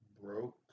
Broke